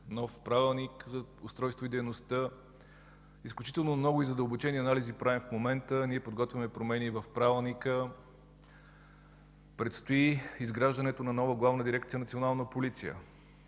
нов Правилник за устройство и дейността. Изключително много и задълбочени анализи правим в момента. Подготвяме промени и в Правилника. Предстои изграждането на нова Главна дирекция „Национална полиция”,